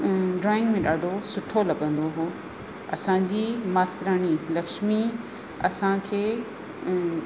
drawing में ॾाढो सुठो लॻंदो हुओ असांजी मास्टरानी लक्ष्मी असांखे